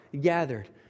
gathered